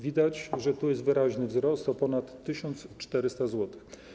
Widać, że tu jest wyraźny wzrost o ponad 1400 zł.